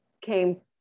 came